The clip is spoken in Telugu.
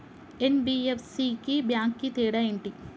ఎన్.బి.ఎఫ్.సి కి బ్యాంక్ కి తేడా ఏంటి?